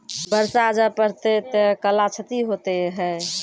बरसा जा पढ़ते थे कला क्षति हेतै है?